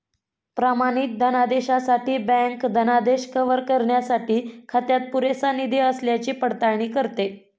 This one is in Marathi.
प्रमाणित धनादेशासाठी बँक धनादेश कव्हर करण्यासाठी खात्यात पुरेसा निधी असल्याची पडताळणी करते